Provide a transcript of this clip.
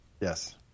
yes